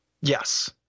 Yes